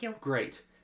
great